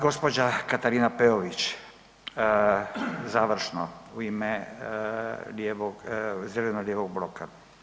Gospođa Katarina Peović završno u ime zeleno-lijevog bloka.